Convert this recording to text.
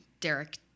Derek